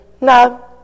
No